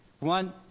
One